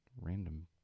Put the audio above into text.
random